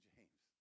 James